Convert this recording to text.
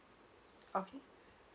okay